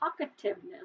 talkativeness